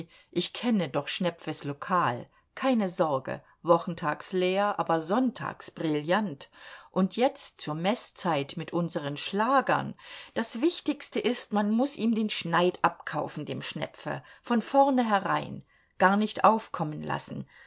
ich kenne doch schnepfes lokal keine sorge wochentags leer aber sonntags brillant und jetzt zur meßzeit mit unseren schlagern das wichtigste ist man muß ihm den schneid abkaufen dem schnepfe von vornherein gar nicht aufkommen lassen